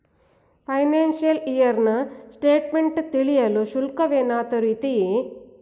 Financial year ನ statement ತಿಳಿಯಲು ಶುಲ್ಕವೇನಾದರೂ ಇದೆಯೇ?